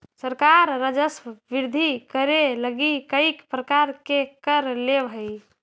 सरकार राजस्व वृद्धि करे लगी कईक प्रकार के कर लेवऽ हई